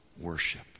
Worship